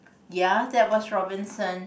ya that was Robinson